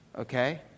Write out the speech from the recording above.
Okay